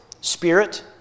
Spirit